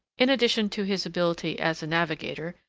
in addition to his ability as a navigator,